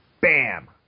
Bam